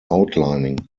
outlining